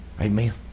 Amen